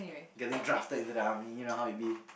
getting drafted into the army you know how it be